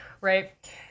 right